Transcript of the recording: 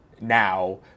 now